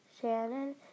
Shannon